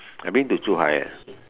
I've been to Zhuhai